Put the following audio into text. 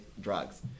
drugs